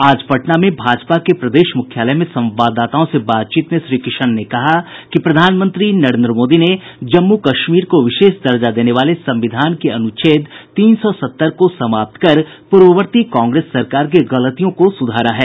आज पटना में भाजपा के प्रदेश मुख्यालय में संवाददाताओं से बातचीत में श्री किशन ने कहा कि प्रधानमंत्री नरेंद्र मोदी ने जम्मू कश्मीर को विशेष दर्जा देने वाले संविधान के अनुच्छेद तीन सौ सत्तर को समाप्त कर पूर्ववर्ती कांग्रेस सरकार की गलतियों को सुधारा है